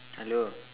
hello